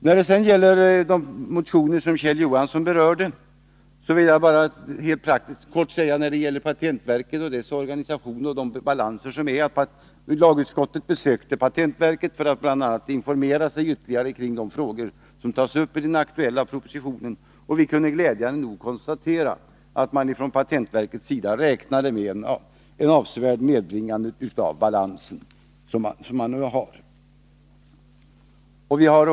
Jag vill bara helt kort ta upp de motioner som Kjell Johansson berörde. När det gäller patentverkets organisation och balanssituation vill jag peka på att lagutskottet besökte patentverket för att bl.a. informera sig ytterligare om de frågor som tas upp i den aktuella propositionen. Vi kunde glädjande nog konstatera att man från patentverkets sida räknade med ett avsevärt nedbringande av den balans som man nu har.